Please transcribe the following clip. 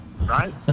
right